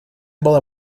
было